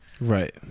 Right